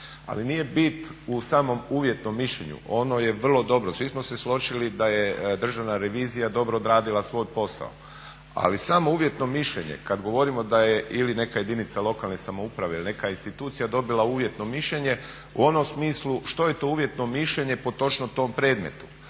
Ali nije bit u samom uvjetnom mišljenju, ono je vrlo dobro, svi smo se složili da je Državna revizija dobro odradila svoj posao, ali samo uvjetno mišljenje kad govorimo da je ili neka jedinica lokalne samouprave ili neka institucija dobila uvjetno mišljenje u onom smislu što je to uvjetno mišljenje po točno tom predmetu.